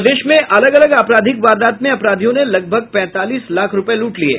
प्रदेश में अलग अलग आपराधिक वारदात में अपराधियों ने लगभग पैंतालीस लाख रूपये लूट लिये